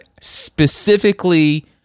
specifically